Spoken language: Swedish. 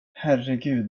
herregud